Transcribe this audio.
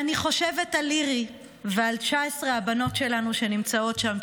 אני חושבת על לירי ועל 19 הנשים שנמצאות שם,